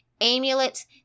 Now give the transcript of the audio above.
amulets